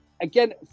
again